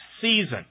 season